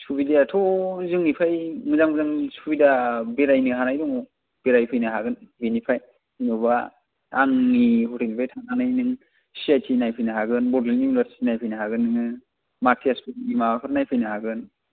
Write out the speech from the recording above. सुबिदायाथ' जोंनिफ्राय मोजां मोजां सुबिदा बेरायनो हानाय दङ बेरायफैनो हागोन बेनिफ्राय जेन'बा आंनि हरैनिफ्राय थांनानै सि आइ थि नायफैनो हागोन बड'लेण्ड इउनिभारसिथि नायफैनो हागोन नोङो मारथियार्स फोरनि माबाफोर नायफैनो हागोन